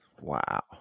Wow